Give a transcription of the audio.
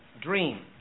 dream